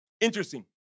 Interesting